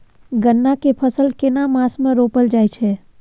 गन्ना के फसल केना मास मे रोपल जायत छै?